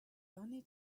only